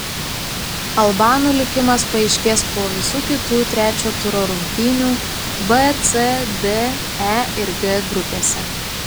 albanų likimas paaiškės po visų kitų trečio turo rungtynių b c d e ir g grupėse